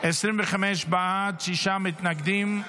25 בעד, שישה מתנגדים,